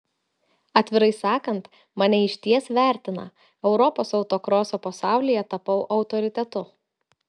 atvirai sakant mane išties vertina europos autokroso pasaulyje tapau autoritetu